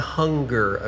hunger